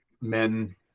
men